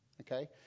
Okay